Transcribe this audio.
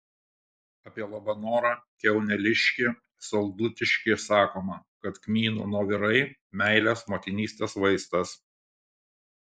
apie labanorą kiauneliškį saldutiškį sakoma kad kmynų nuovirai meilės motinystės vaistas